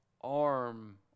arm